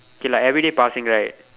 K lah everyday passing right